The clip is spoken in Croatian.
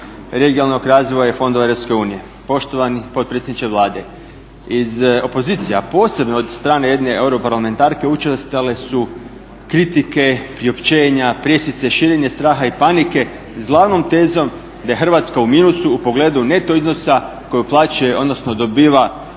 regionalnog razvoja i fondova Europske unije. Poštovani potpredsjedniče Vlade, iz opozicije a posebno od strane jedne europarlamentarke učestale su kritike, priopćenja, presice, širenje straha i panike s glavnom tezom da je Hrvatska u minusu u pogledu neto iznosa koji plaća odnosno dobiva